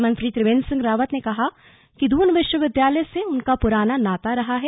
मुख्यमंत्री त्रिवेंद्र सिंह रावत ने कहा कि दून विश्वविद्यालय से उनका पुराना नाता रहा है